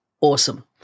Awesome